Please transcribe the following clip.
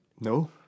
No